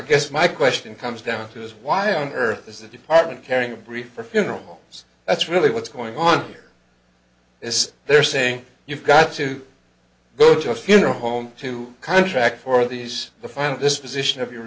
guess my question comes down to is why on earth is the department carrying a brief for funerals that's really what's going on here is they're saying you've got to go to a funeral home to contract for these the final disposition of your